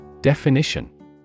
Definition